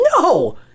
No